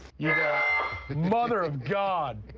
yeah and mother of god!